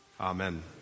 Amen